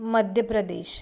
Madhya Pradesh